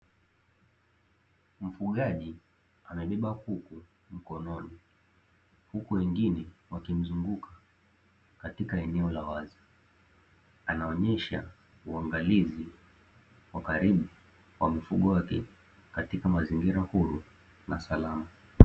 Mfugaji amebeba kuku mkononi, huku wengine wakimzunguka katika eneo la wazi. Anaonyesha uangalizi wa karibu wa mfugo wake katika mazingira huru na salama.